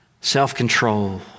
self-control